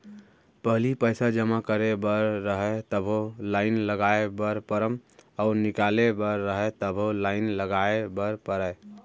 पहिली पइसा जमा करे बर रहय तभो लाइन लगाय बर परम अउ निकाले बर रहय तभो लाइन लगाय बर परय